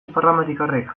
iparramerikarrek